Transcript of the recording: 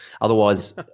Otherwise